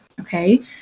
Okay